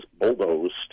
bulldozed